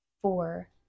four